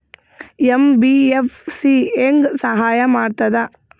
MBFC ಹೆಂಗ್ ಸಹಾಯ ಮಾಡ್ತದ?